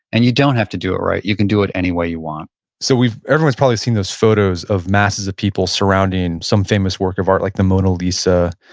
and you don't have to do it right. you can do it any way you want so everyone's probably seen those photos of masses of people surrounding some famous work of art like the mona lisa,